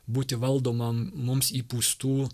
būti valdomam mums įpūstų